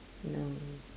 no